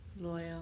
loyal